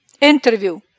interview